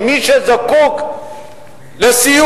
מי שזקוק לסיוע,